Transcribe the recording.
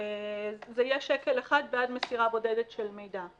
זה יהיה שקל אחד בעד מסירה בודדת של מידע.